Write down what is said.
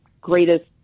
greatest